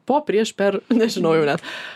po prieš per nežinojau jau net